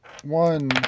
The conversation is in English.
One